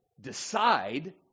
decide